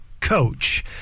coach